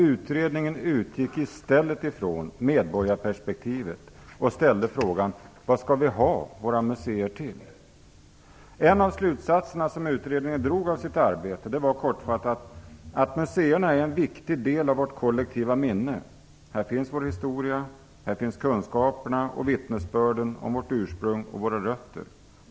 Utredningen utgick i stället ifrån medborgarperspektivet och ställde frågan: Vad skall vi ha våra museer till? En av slutsatserna som utredningen drog av sitt arbete var kortfattat att museerna är en viktig del av vårt kollektiva minne. Här finns vår historia, här finns kunskaperna och vittnesbörden om vårt ursprung och våra rötter.